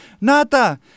Nata